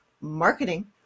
marketing